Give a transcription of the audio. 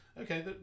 okay